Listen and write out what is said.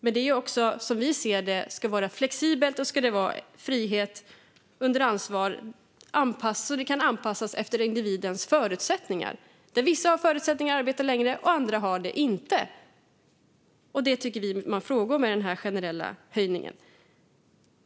Men formerna ska vara flexibla, med frihet under ansvar och anpassade efter individens förutsättningar. Vissa har förutsättningar att arbeta längre, och andra har det inte. Det är därför vi ifrågasätter den generella höjningen.